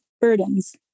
burdens